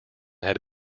had